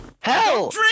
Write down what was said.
Hell